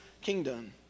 kingdom